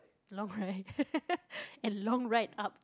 long right and long right up